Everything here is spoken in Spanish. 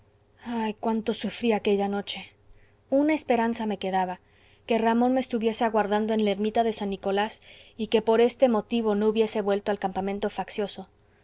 ah cuánto sufrí aquella noche una esperanza me quedaba que ramón me estuviese aguardando en la ermita de san nicolás y que por este motivo no hubiese vuelto al campamento faccioso